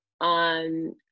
on